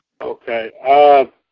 Okay